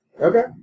Okay